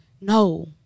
no